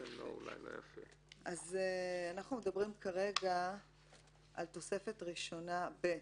אנחנו מדברים כרגע על תוספת ראשונה ב'